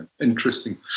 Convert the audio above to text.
Interesting